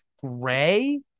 gray